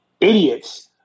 idiots